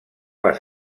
les